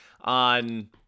on